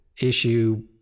issue